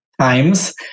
times